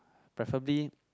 preferably